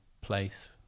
place